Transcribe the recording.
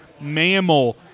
mammal